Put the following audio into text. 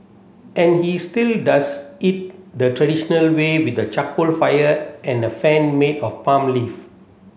and he still does it the traditional way with a charcoal fire and a fan made of palm leaf